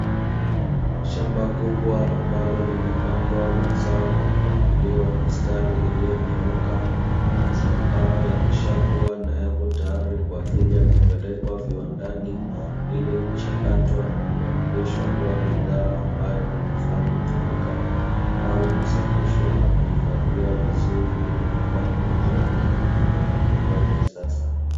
Shamba kubwa ambalo limepandwa mazao kwa mpangilio wa mistari iliyonyooka mazao hayo yameshakuwa na yapo tayari kwa ajili ya kupelekwa viwandani, ili kuchakatwa na kubadilisha kuwa bidhaa ambayo inafaa kutumika au kusafishwa na kuhifadhiwa vizuri ili kwenda kuuzwa kwenye maduka makubwa yake kisasa.